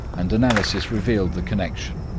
and analysis revealed the connection.